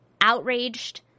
outraged